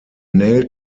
nail